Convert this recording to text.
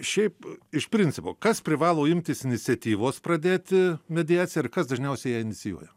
šiaip iš principo kas privalo imtis iniciatyvos pradėti mediaciją ir kas dažniausiai ją inicijuoja